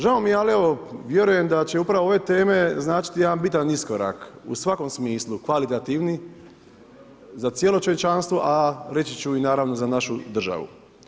Žao mi je, ali evo, vjerujem da će upravo ove teme značiti jedan bitan iskorak u svakom smislu kvalitativni za cijelo čovječanstvo, a reći ću i naravno za našu državu.